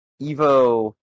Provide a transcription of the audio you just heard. Evo